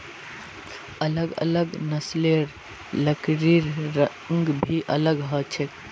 अलग अलग नस्लेर लकड़िर रंग भी अलग ह छे